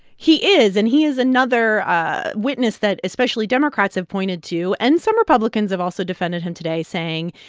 he is, and he is another ah witness that especially democrats have pointed to. and some republicans have also defended him today, saying,